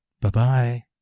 Bye-bye